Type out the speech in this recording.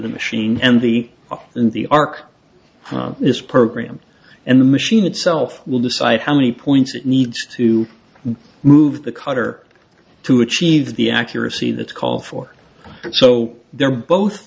the machine and the off in the ark is program and the machine itself will decide how many points it needs to move the cutter to achieve the accuracy that's called for and so they're both